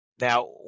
Now